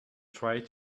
tried